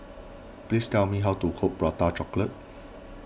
please tell me how to cook Prata Chocolate